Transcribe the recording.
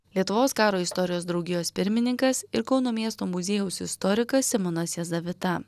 lietuvos karo istorijos draugijos pirmininkas ir kauno miesto muziejaus istorikas simonas jezavita